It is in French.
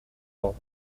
vent